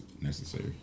necessary